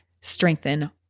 strengthen